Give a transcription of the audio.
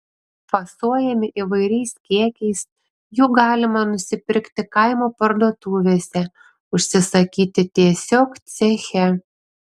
fasuojami įvairiais kiekiais jų galima nusipirkti kaimo parduotuvėse užsisakyti tiesiog ceche